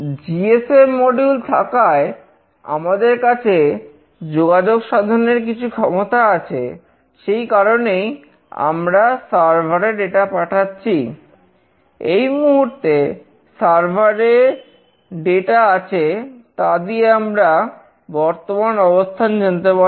GSM module থাকায় আমাদের কাছে যোগাযোগ সাধনের কিছু ক্ষমতা আছে সেই কারণেই আমরা সার্ভারে যেটা আছে তা দিয়ে আমরা বর্তমান অবস্থান জানতে পারবো